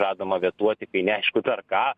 žadama vetuoti kai neaišku dar ką